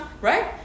right